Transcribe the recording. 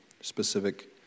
specific